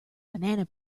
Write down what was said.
banana